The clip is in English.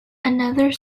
another